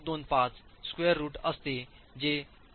125 square root असते जे 0